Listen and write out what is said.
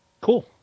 cool